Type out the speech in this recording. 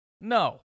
No